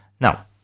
Now